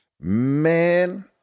Man